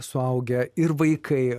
suaugę ir vaikai